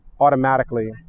Automatically